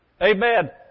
Amen